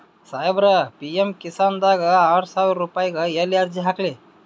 ಸಾಹೇಬರ, ಪಿ.ಎಮ್ ಕಿಸಾನ್ ದಾಗ ಆರಸಾವಿರ ರುಪಾಯಿಗ ಎಲ್ಲಿ ಅರ್ಜಿ ಹಾಕ್ಲಿ?